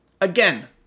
Again